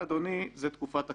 זה תקופת הכהונה.